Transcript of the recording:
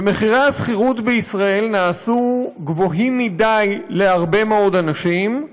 ומחירי השכירות בישראל נעשו גבוהים מדי להרבה מאוד אנשים,